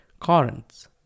currents